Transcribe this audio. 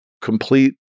complete